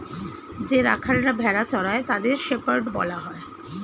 যে রাখালরা ভেড়া চড়ায় তাদের শেপার্ড বলা হয়